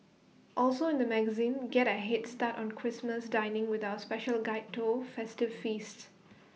also in the magazine get A Head start on Christmas dining with our special guide to festive feasts